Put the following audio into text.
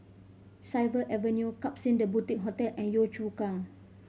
Tyersall Avenue Klapson The Boutique Hotel and Yio Chu Kang